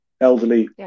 elderly